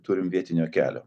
turim vietinio kelio